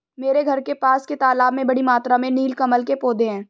मेरे घर के पास के तालाब में बड़ी मात्रा में नील कमल के पौधें हैं